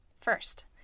First